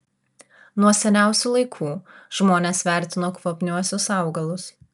nuo seniausių laikų žmonės vertino kvapniuosius augalus